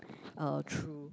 uh through